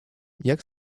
jak